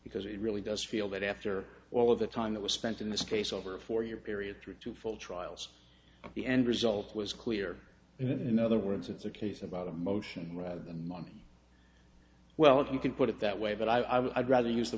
because it really does feel that after all of the time that was spent in this case over a four year period through two full trials the end result was clear and in other words it's a case about emotion rather than money well if you can put it that way but i would i'd rather use the